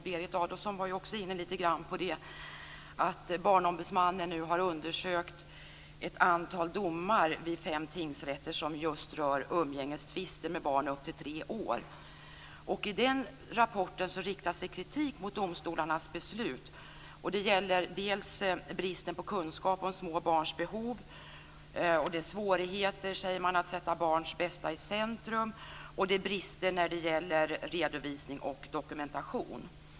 Berit Adolfsson var också inne lite grann på att Barnombudsmannen nu har undersökt ett antal domar vid fem tingsrätter som just rör umgängestvister när det gäller barn upp till tre år. I rapporten riktas kritik mot domstolarnas beslut. Det gäller bl.a. bristen på kunskap om små barns behov. Man säger att det finns svårigheter att sätta barns bästa i centrum. Det finns brister när det gäller redovisning och dokumentation.